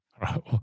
right